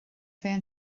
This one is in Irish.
bheith